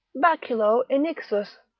baculo innixus,